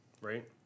right